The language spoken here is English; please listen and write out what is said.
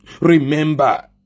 Remember